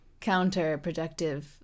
counterproductive